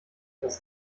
was